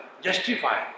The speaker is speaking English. justify